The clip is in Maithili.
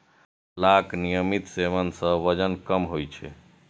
करैलाक नियमित सेवन सं वजन कम होइ छै